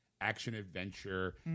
action-adventure